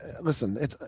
listen